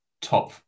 top